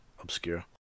obscure